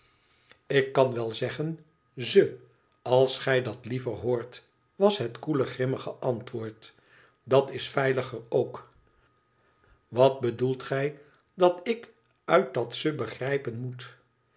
ik kan wel zeggen ze als gij dat liever hoort was het koele grimmige antwoord dat is veiliger ook wat bedoelt gij dat ik uit dat ze begrijpen moet